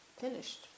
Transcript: Finished